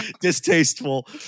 distasteful